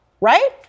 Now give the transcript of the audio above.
right